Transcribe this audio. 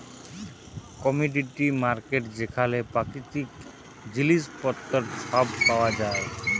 commodity market যেখালে পাকিতিক জিলিস পত্তর ছব পাউয়া যায়